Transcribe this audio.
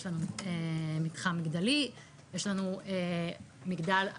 יש לנו מתחם מגדלי,